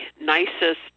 nicest